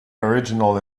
original